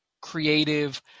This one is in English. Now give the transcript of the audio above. creative